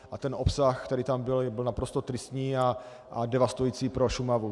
A ten obsah, který tam byl, byl naprosto tristní a devastující pro Šumavu.